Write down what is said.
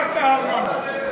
דבר רק על הארנונה.